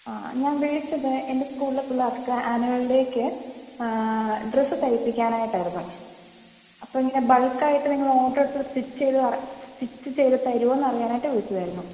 ആ ഞാൻ വിളിച്ചത് എൻ്റെ സ്കൂളിലെ പിള്ളേർക്ക് ആനുവൽ ഡേക്ക് ഡ്രെസ്സ് തയിപ്പിക്കാനായിട്ടായിരുന്നു അപ്പോൾ എങ്ങനെ ബൾക്കായിട്ട് നിങ്ങൾ ഓർഡർ എടുത്ത് സ്റ്റിച്ച് ചെയ്ത് സ്റ്റിച്ച് ചെയ്ത് തരുമോ എന്നറിയാൻ വിളിച്ചതായിരുന്നു